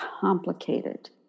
complicated